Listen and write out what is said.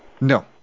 No